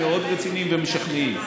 מאוד רציניים ומשכנעים.